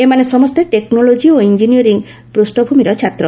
ଏମାନେ ସମସ୍ତେ ଟେକ୍ନୋଲୋକି ଓ ଇଞ୍ଜିନିୟରିଂ ପୃଷ୍ଣଭୂମିର ଛାତ୍ର